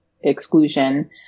exclusion